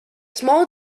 small